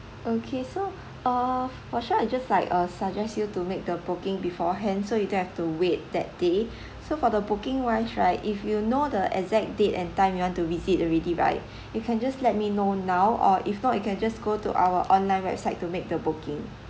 okay so uh for sure I just like uh suggest you to make the booking beforehand so you don't have to wait that day so for the booking wise right if you know the exact date and time you want to visit already right you can just let me know now or if not you can just go to our online website to make the booking